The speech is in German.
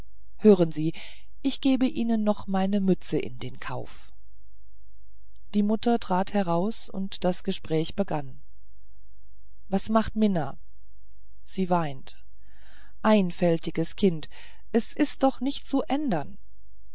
hören sie ich gebe ihnen noch meine mütze in den kauf die mutter trat heraus und das gespräch begann was macht mina sie weint einfältiges kind es ist doch nicht zu ändern